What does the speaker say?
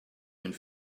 and